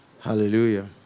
Hallelujah